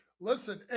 Listen